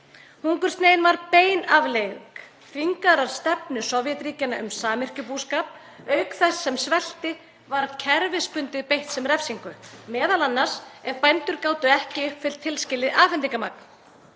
Hungursneyðin var bein afleiðing þvingaðrar stefnu Sovétríkjanna um samyrkjubúskap, auk þess sem svelti var kerfisbundið beitt sem refsingu, m.a. ef bændur gátu ekki uppfyllt tilskilið afhendingarmagn.